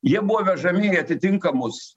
jie buvo vežami į atitinkamus